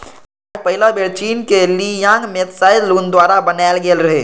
कागज पहिल बेर चीनक ली यांग मे त्साई लुन द्वारा बनाएल गेल रहै